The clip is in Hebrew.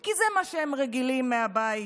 כי זה מה שהם רגילים מהבית,